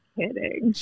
kidding